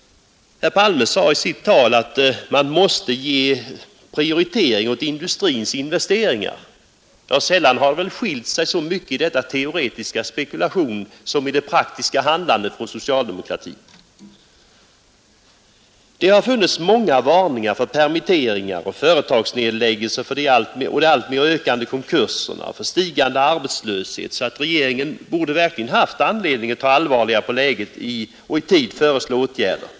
Herr Palme sade i sitt tal att man måste prioritera industrins investeringar. Sällan har väl de teoretiska spekulationerna skilt sig så mycket från socialdemokratins praktiska handlande. Det har funnits många varningar för permitteringar och företagsnedläggelser, för de alltmer ökande konkurserna och för stigande arbetslöshet. Regeringen borde verkligen haft anledning att ta allvarligare på läget och i tid föreslå åtgärder.